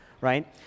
right